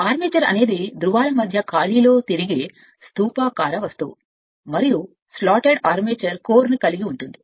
armature అనేది ధ్రువాల మధ్య ఖాళీలో తిరిగే స్థూపాకార వస్తువు మరియు స్లాట్డ్ ఆర్మేచర్ కోర్ కలిగి ఉంటుంది